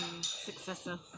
successor